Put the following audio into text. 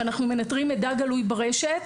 שבו אנחנו מנטרים מידע גלוי ברשת,